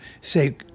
say